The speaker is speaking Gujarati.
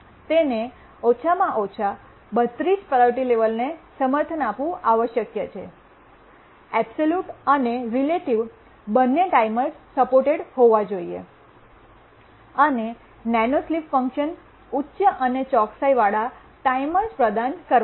તેને ઓછામાં ઓછા 32 પ્રાયોરિટી લેવલને સમર્થન આપવું આવશ્યક છે ઍબ્સલૂટ અને રિલેટિવ બંને ટાઈમર્સ સપોર્ટેડ હોવા જોઈએ અને નેનોસ્લિપ ફંક્શન ઉચ્ચ અને ચોકસાઇવાળા ટાઈમર્સ પ્રદાન કરવા માટે